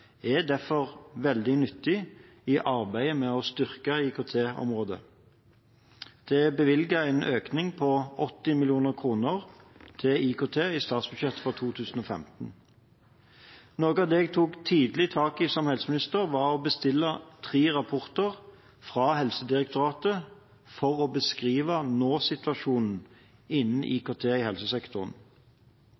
er derfor veldig nyttige i arbeidet med å styrke IKT-området. Det er bevilget en økning på 80 mill. kr til IKT i statsbudsjettet for 2015. Noe av det jeg tidlig tok tak i som helseminister, var å bestille tre rapporter fra Helsedirektoratet for å beskrive nå-situasjonen innen IKT i